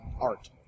art